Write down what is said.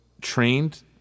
trained